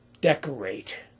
decorate